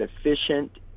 efficient